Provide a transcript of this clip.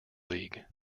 league